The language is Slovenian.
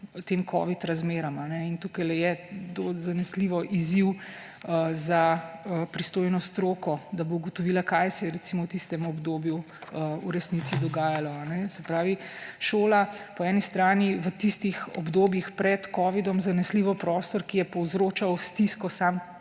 tem covid razmeram. Tukaj je zanesljivo izziv za pristojno stroko, da bo ugotovila, kaj se je v tistem obdobju v resnici dogajalo. Se pravi, šola je po eni strani v tistih obdobjih pred covidom zanesljivo prostor, ki je povzročal stisko